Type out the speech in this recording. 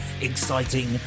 exciting